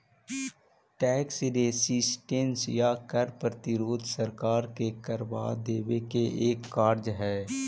tax resistance या कर प्रतिरोध सरकार के करवा देवे के एक कार्य हई